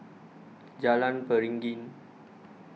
Jalan Beringin